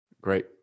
Great